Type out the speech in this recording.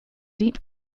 deep